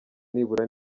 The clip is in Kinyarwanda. nibura